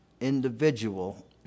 individual